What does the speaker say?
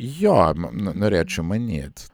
jo m n norėčiau manyti